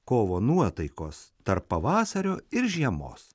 kovo nuotaikos tarp pavasario ir žiemos